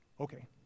Okay